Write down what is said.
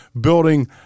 building